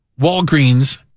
Walgreens